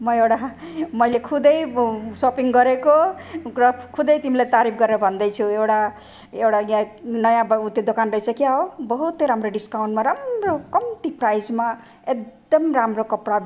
म एउटा मैले खुदै सपिङ गरेको ग्रफ खुदै तिमीलाई तारिफ गरेर भन्दैछु एउटा एउटा यहाँ नयाँ ब उत्यो दोकान रहेछ क्या हो बहुत राम्रो डिस्काउन्टमा राम्रो कम्ती प्राइजमा एकदम राम्रो कपडा